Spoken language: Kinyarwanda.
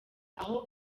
aho